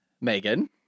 Megan